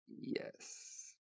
Yes